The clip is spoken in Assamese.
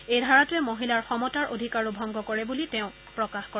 এই ধাৰাটোৱে মহিলাৰ সমতাৰ অধিকাৰো ভংগ কৰে বুলি তেওঁ প্ৰকাশ কৰে